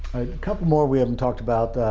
a couple more we haven't talked about,